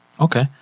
Okay